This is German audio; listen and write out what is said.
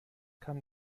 kann